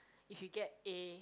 if you get A